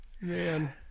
man